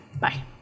Bye